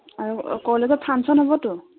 আৰু কলেজত ফাংশ্যন হ'বতো